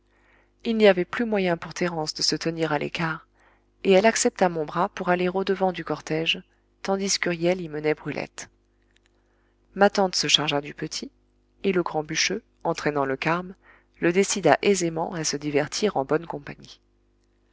il n'y avait plus moyen pour thérence de se tenir à l'écart et elle accepta mon bras pour aller au-devant du cortége tandis qu'huriel y menait brulette ma tante se chargea du petit et le grand bûcheux entraînant le carme le décida aisément à se divertir en bonne compagnie